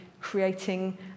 creating